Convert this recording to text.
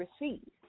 receive